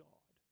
God